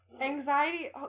Anxiety